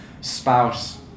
spouse